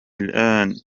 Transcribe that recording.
الآن